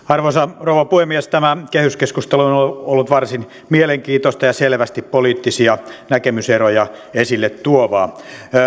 arvoisa rouva puhemies tämä kehyskeskustelu on ollut varsin mielenkiintoista ja selvästi poliittisia näkemyseroja esille tuovaa